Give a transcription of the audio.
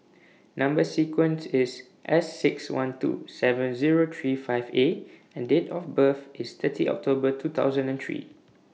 Number sequence IS S six one two seven Zero three five A and Date of birth IS thirty October two thousand and three